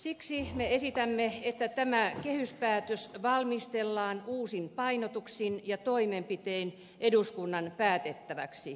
siksi me esitämme että tämä kehyspäätös valmistellaan uusin painotuksin ja toimenpitein eduskunnan päätettäväksi uudelleen